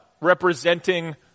representing